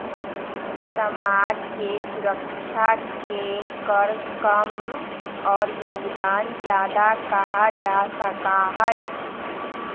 समाज के सुरक्षा के कर कम और योगदान ज्यादा कहा जा सका हई